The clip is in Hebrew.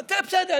בסדר.